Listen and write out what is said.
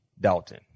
Dalton